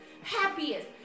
happiest